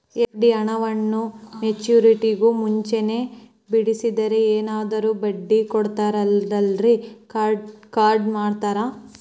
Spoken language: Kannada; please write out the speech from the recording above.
ಎಫ್.ಡಿ ಹಣವನ್ನು ಮೆಚ್ಯೂರಿಟಿಗೂ ಮುಂಚೆನೇ ಬಿಡಿಸಿದರೆ ಏನಾದರೂ ಬಡ್ಡಿ ಕೊಡೋದರಲ್ಲಿ ಕಟ್ ಮಾಡ್ತೇರಾ?